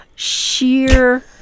sheer